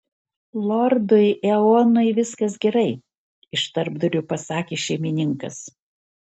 lordui eonui viskas gerai iš tarpdurio pasakė šeimininkas